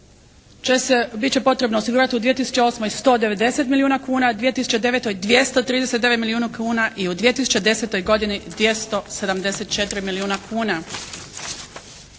zakona bit će potrebno osigurati u 2008. 190 milijuna kuna, 2009. 239 milijuna kuna i u 2010. godini 274 milijuna kuna.